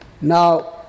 Now